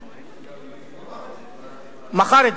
מכר.